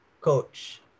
coach